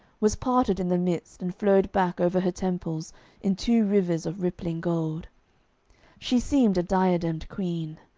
was parted in the midst and flowed back over her temples in two rivers of rippling gold she seemed a diademed queen.